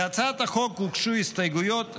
להצעת החוק הוגשו הסתייגויות.